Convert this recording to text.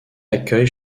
accueille